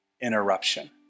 interruption